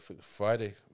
Friday